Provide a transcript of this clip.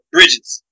Bridges